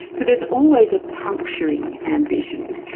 so there's always a puncturing ambition,